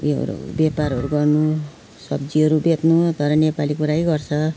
योहरू व्यापारहरू गर्नु सब्जीहरू बेच्नु तर नेपाली कुरै गर्छ